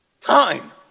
Time